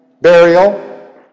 burial